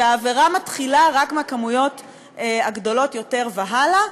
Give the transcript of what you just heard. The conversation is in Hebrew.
העבירה מתחילה רק מהכמויות הגדולות יותר והלאה.